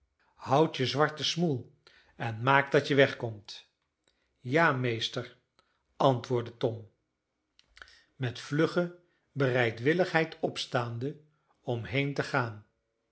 houd je zwarten smoel en maak dat je wegkomt ja meester antwoordde tom met vlugge bereidwilligheid opstaande om heen te gaan